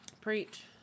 Preach